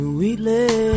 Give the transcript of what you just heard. Sweetly